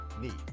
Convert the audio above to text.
need